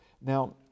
Now